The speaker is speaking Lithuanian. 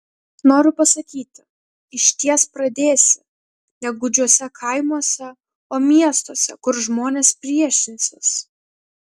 noriu pasakyti išties pradėsi ne gūdžiuose kaimuose o miestuose kur žmonės priešinsis